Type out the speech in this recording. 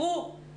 בנושא זה.